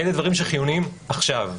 אלה דברים שחיוניים עכשיו.